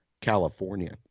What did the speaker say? California